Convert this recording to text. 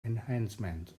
enhancement